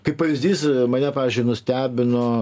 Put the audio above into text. kaip pavyzdys mane pavyzdžiui nustebino